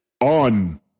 on